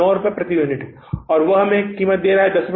वह प्रति यूनिट 9 रुपये है और वह कितनी कीमत दे रहा है